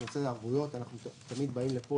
בנושא הערבויות אנחנו תמיד באים לפה